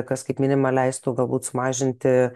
kas kaip kaip minima leistų galbūt sumažinti